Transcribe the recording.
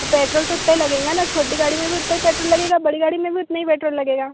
तो पेट्रोल तो उतना ही लगेंगा न छोटी गाड़ी में भी उतना ही पेट्रोल लगेगा बड़ी गाड़ी में भी उतना ही पेट्रोल लगेगा